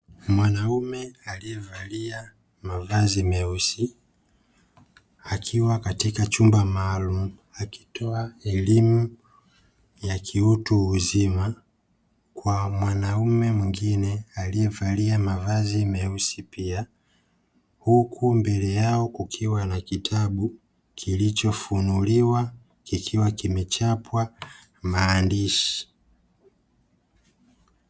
Mwanaume aliyevalia mavazi meusi akiwa katika chumba maalumu akitoa elimu ya kiutu uzima kwa mwanaume mwingine aliyevalia mavazi meusi pia, huku mbele yao kukiwa na kitabu kilichofunuliwa kikiwa kimechapwa maandishi.